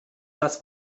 das